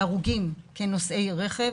הרוגים כנוסעי רכב.